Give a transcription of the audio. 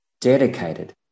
dedicated